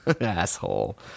Asshole